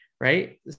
right